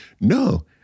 No